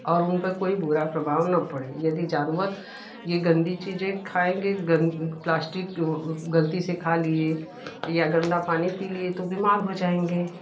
और उन पे कोई बुरा प्रभाव ना पड़े यदि जानवर ये गंदी चीज़ें खाएगे प्लास्टिक जो गलती से खा लिए या गंदा पानी पी लिए तो बीमार हो जाएँगे